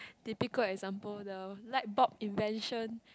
typical example the light bulb invention